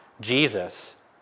Jesus